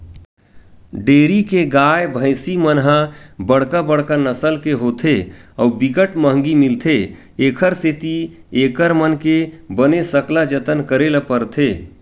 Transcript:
dairy के गाय, भइसी मन ह बड़का बड़का नसल के होथे अउ बिकट महंगी मिलथे, एखर सेती एकर मन के बने सकला जतन करे ल परथे